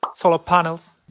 solar panels.